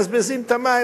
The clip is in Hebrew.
מבזבזים את המים,